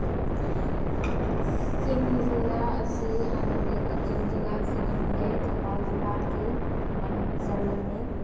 ꯀꯛꯆꯤꯡ ꯖꯤꯜꯂꯥ ꯑꯁꯤ ꯍꯥꯟꯅꯗꯤ ꯀꯛꯆꯤꯡ ꯖꯤꯜꯂꯥ ꯆꯤꯡꯉꯝꯗꯦ ꯊꯧꯕꯥꯜ ꯖꯤꯜꯂꯥꯒꯤ ꯃꯅꯨꯡ ꯆꯜꯂꯝꯃꯤ